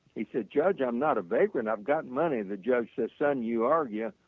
he said, judge i am not a vagabond i've got money. the judge said, son, you are, yeah.